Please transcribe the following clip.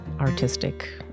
artistic